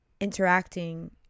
interacting